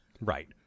Right